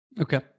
okay